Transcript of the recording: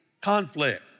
conflict